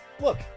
Look